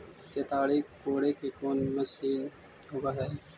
केताड़ी कोड़े के कोन मशीन होब हइ?